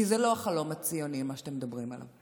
כי זה לא החלום הציוני, מה שאתם מדברים עליו.